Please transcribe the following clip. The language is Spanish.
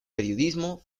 periodismo